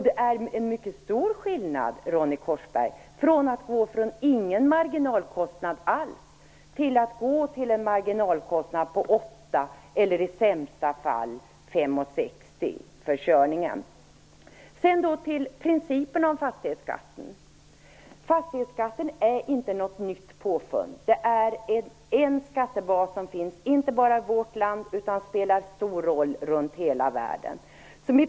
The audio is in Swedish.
Det är en mycket stor skillnad mellan att gå från ingen marginalkostnad alls och att gå till en marginalkostnad på 8 kr, eller i sämsta fall 5:60, för körningen. Fastighetsskatten är inget nytt påfund. Det är en skattebas som inte bara finns i vårt land utan som spelar en stor roll runt hela världen.